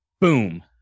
boom